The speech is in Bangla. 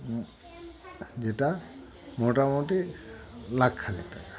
যেটা মোটামুটি লাকখানিক টাকা